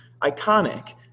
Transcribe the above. iconic